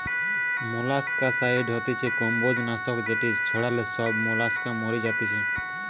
molluscicide হতিছে কম্বোজ নাশক যেটি ছড়ালে সব মোলাস্কা মরি যাতিছে